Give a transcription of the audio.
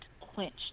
quenched